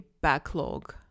backlog